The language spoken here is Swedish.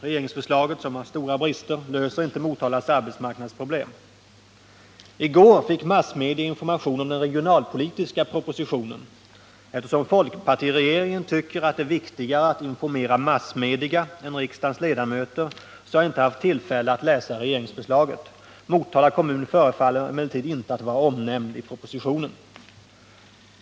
Regeringsförslaget — som har stora brister — löser inte Motalas arbetsmarknadsproblem. I går fick massmedia information om den regionalpolitiska propositionen. Eftersom folkpartiregeringen tycker att det är viktigare att informera massmedia än riksdagens ledamöter, har jag inte haft tillfälle att läsa regeringsförslaget. Motala kommun förefaller emellertid inte att vara omnämnd i propositionen.